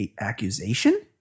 accusation